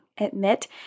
admit